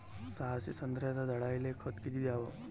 सहाशे संत्र्याच्या झाडायले खत किती घ्याव?